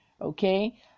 Okay